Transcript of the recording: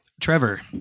Trevor